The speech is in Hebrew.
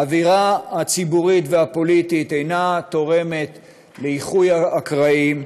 האווירה הציבורית והפוליטית אינה תורמת לאיחוי הקרעים.